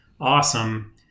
awesome